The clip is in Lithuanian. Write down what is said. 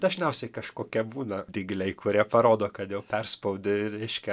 dažniausiai kažkokie būna dygliai kurie parodo kad jau perspaudi ir reiškia